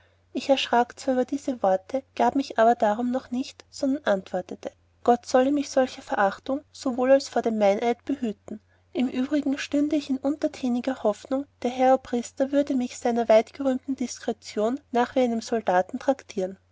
ich erschrak zwar über diese worte gab mich aber darum noch nicht sondern antwortete gott wolle mich vor solcher verachtung so wohl als vor dem meineid behüten im übrigen stünde ich in untertäniger hoffnung der herr obrister würde mich seiner weitberühmten diskretion nach wie einen soldaten traktieren